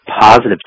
positive